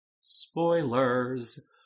spoilers